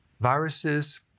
Viruses